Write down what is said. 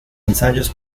ensayos